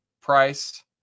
price